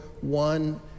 one